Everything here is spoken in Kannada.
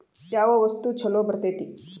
ಯಾವ ವಸ್ತು ಛಲೋ ಬರ್ತೇತಿ?